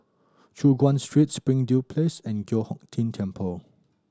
Choon Guan Street Spring Place and Giok Hong Tian Temple